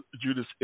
Judas